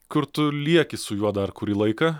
kur tu lieki su juo dar kurį laiką